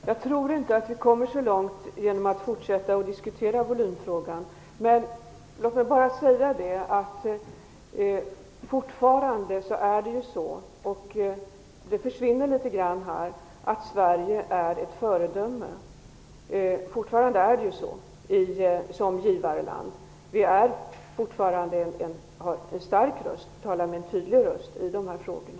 Herr talman! Jag tror inte att vi kommer så långt genom att fortsätta att diskutera volymfrågan. Låt mig bara säga att Sverige fortfarande är ett föredöme som givarland - det försvinner litet i debatten. Vi talar fortfarande med en stark och tydlig röst i de här frågorna.